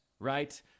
Right